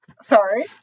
Sorry